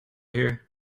here